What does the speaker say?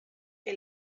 que